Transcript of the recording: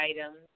items